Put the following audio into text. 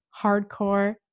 hardcore